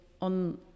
on